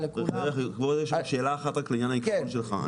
כבוד היושב ראש, שאלה לעניין העדכון שלך.